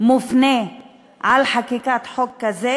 מופנה אל חקיקת חוק כזה,